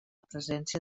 presència